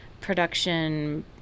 production